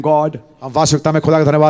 God